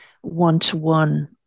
one-to-one